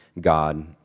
God